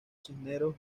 cisneros